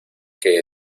que